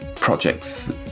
projects